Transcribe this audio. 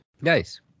Nice